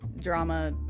drama